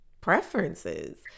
preferences